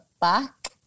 back